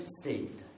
state